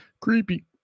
Creepy